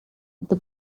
это